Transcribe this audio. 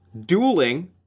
dueling